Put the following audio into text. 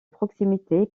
proximité